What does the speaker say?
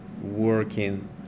working